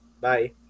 Bye